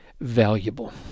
valuable